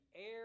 air